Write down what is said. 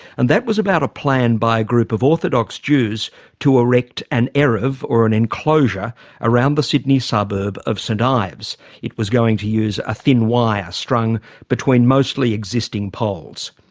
and that was about a plan by group of orthodox jews to erect an eruv or an enclosure around the sydney suburb of st. ives it was going to use a thin wire strung between mostly existing poles.